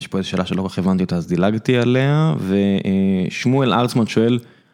יש פה איזו שאלה שלא כל כך הבנתי אותה אז דילגתי עליה ושמואל הרטסמן שואל.